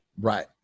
Right